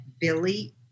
billy